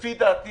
לפי דעתי